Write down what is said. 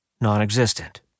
non-existent